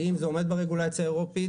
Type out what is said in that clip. האם זה עומד ברגולציה האירופית?